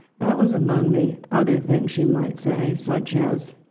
that was among the other things she might say, such as,